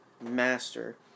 master